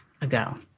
ago